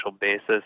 basis